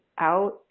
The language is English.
out